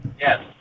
Yes